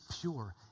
pure